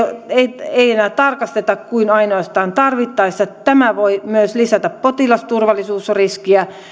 ei ei enää tarkasteta kuin ainoastaan tarvittaessa tämä voi myös lisätä potilasturvallisuusriskiä